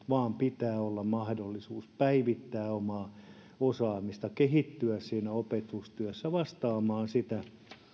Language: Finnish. vaan pitää olla mahdollisuus päivittää omaa osaamistaan kehittyä opetustyössä vastaamaan sitä